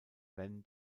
wenn